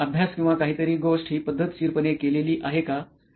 तुम्ही अभ्यास किंवा काहीतरी गोष्ट हि पद्धतशीरपणे केलेली आहे का